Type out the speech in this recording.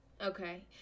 Okay